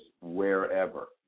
wherever